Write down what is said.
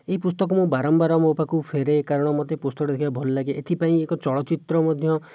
ଏହି ପୁସ୍ତକ ମୁଁ ବାରମ୍ବାର ମୋ' ପାଖକୁ ଫେରେ କାରଣ ମୋତେ ପୁସ୍ତକଟା ଦେଖିବାକୁ ଭଲଲାଗେ ଏଥିପାଇଁ ଏକ ଚଳଚ୍ଚିତ୍ର ମଧ୍ୟ